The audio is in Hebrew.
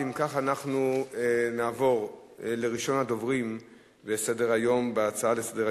נעבור להצעות לסדר-היום בנושא: ציון יום